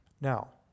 Now